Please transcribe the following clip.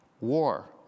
War